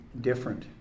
different